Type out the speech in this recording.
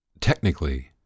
technically